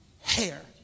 hair